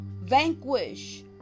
vanquish